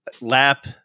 lap